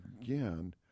again